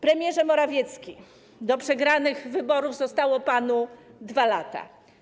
Premierze Morawiecki, do przegranych wyborów zostało panu 2 lata.